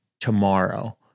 tomorrow